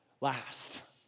last